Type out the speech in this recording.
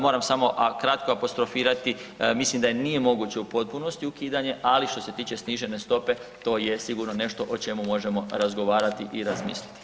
Moram samo kratko apostrofirati, mislim da nije moguće u potpunosti ukidanje, ali što se tiče snižene stope, to je sigurno nešto o čemu možemo razgovarati i razmisliti.